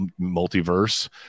multiverse